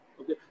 okay